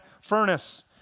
furnace